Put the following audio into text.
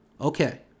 Okay